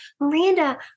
Miranda